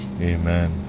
Amen